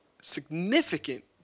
significant